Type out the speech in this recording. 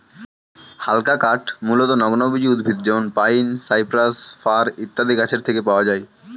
হালকা কাঠ মূলতঃ নগ্নবীজ উদ্ভিদ যেমন পাইন, সাইপ্রাস, ফার ইত্যাদি গাছের থেকে পাওয়া যায়